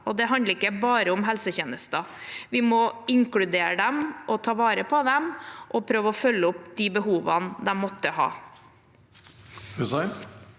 Det handler ikke bare om helsetjenester. Vi må inkludere dem, ta vare på dem og prøve å følge opp behovene de måtte ha.